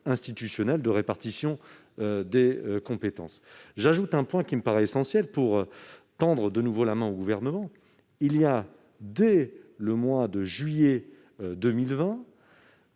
institutionnel de répartition des compétences. J'ajoute un point qui me paraît essentiel pour tendre de nouveau la main au Gouvernement : dès le mois de juillet 2020,